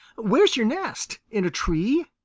where is your nest in a tree?